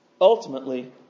Ultimately